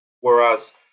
Whereas